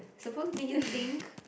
suppose to make you think